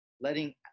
letting